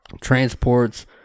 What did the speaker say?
transports